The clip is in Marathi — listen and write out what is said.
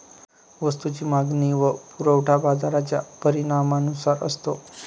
वस्तूची मागणी व पुरवठा बाजाराच्या परिणामानुसार असतो